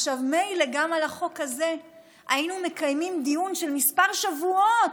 מילא אם גם על החוק הזה היינו מקיימים דיון של כמה שבועות,